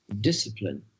discipline